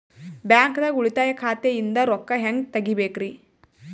ಬ್ಯಾಂಕ್ದಾಗ ಉಳಿತಾಯ ಖಾತೆ ಇಂದ್ ರೊಕ್ಕ ಹೆಂಗ್ ತಗಿಬೇಕ್ರಿ?